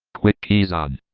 quick keys on,